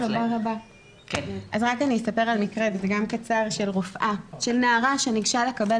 אני אספר על מקרה של נערה שניגשה לקבל